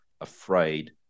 afraid